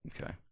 Okay